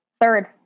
third